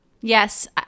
Yes